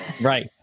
Right